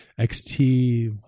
XT